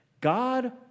God